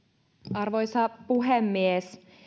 arvoisa puhemies